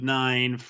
nine